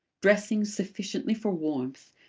dressing sufficiently for warmth,